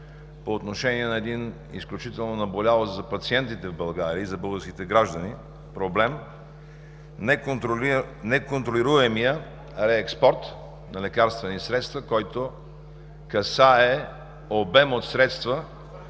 по отношение на един изключително наболял за пациентите в България и за българските граждани проблем – неконтролируемия реекспорт на лекарствени средства, който касае обем от средства,